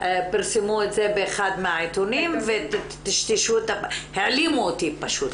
פרסמו את זה באחד מהעתונים והעלימו אותי פשוט.